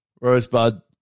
Rosebud